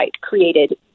created